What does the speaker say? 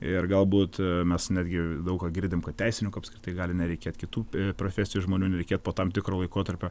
ir galbūt mes netgi daug ką girdim kad teisinių apskritai gali nereikėt kitų profesijų žmonių nereikėt po tam tikro laikotarpio